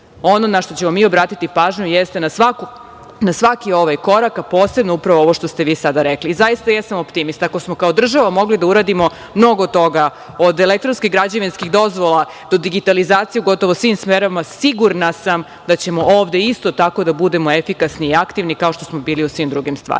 Ono na šta ćemo mi obratiti pažnju jeste na svaki ovaj korak, a posebno upravo ovo što ste vi sada rekli. Zaista jesam optimista, ako smo kao država mogli da uradimo mnogo toga od elektronskih građevinskih dozvola do digitalizacije gotovo u svim sferama, sigurna sam da ćemo ovde isto tako da budemo efikasni i aktivni kao i što smo bili u svim drugim stvarima.